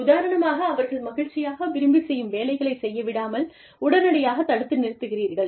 உதாரணமாக அவர்கள் மகிழ்ச்சியாக விரும்பி செய்யும் வேலையைச் செய்ய விடாமல் உடனடியாக தடுத்து நிறுத்துகிறீர்கள்